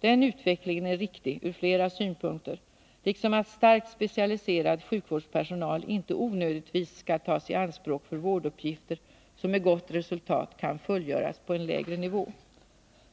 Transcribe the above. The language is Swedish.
Den utvecklingen är riktig ur flera synpunkter, liksom att starkt specialiserad sjukvårdspersonal inte onödigtvis skall tas i anspråk för vårduppgifter som med gott resultat kan fullgöras på en lägre nivå.